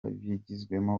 bigizwemo